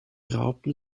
raupen